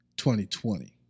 2020